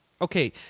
Okay